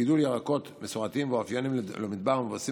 גידול ירקות מסורתיים האופייניים למדבר המבוססים